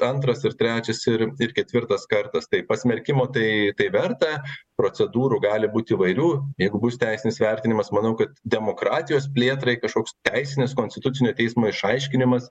antras ir trečias ir ir ketvirtas kartas tai pasmerkimo tai tai verta procedūrų gali būt įvairių jeigu bus teisinis vertinimas manau kad demokratijos plėtrai kažkoks teisinis konstitucinio teismo išaiškinimas